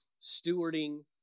Stewarding